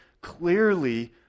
clearly